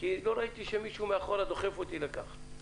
כי לא ראיתי מישהו מאחורה דוחף אותי לכך.